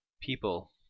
people